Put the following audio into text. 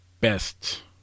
best